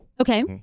okay